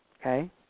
Okay